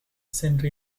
center